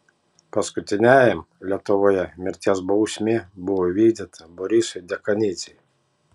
paskutiniajam lietuvoje mirties bausmė buvo įvykdyta borisui dekanidzei